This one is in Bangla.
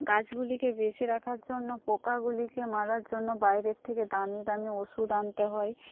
গাছগুলিকে বেঁচে রাখার জন্য পোকাগুলিকে মারার জন্য বাইরের থেকে দামি দামি ওষুধ আনতে হয়